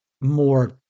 more